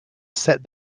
set